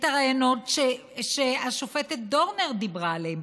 את הרעיונות שהשופטת דורנר דיברה עליהם?